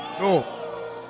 No